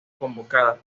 convocadas